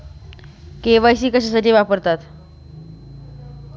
KYC कशासाठी वापरतात?